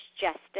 justice